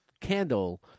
candle